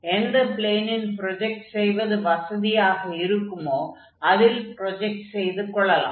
எந்த ப்ளேனில் ப்ரொஜக்ட் செய்வது வசதியாக இருக்குமோ அதில் ப்ரொஜக்ட் செய்து கொள்ளலாம்